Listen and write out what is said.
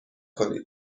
کنید